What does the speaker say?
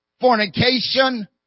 fornication